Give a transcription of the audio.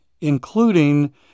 including